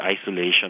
isolation